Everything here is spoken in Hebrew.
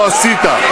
לא עשית.